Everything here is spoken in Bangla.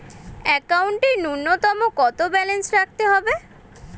একাউন্টে নূন্যতম কত ব্যালেন্স রাখতে হবে?